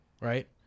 right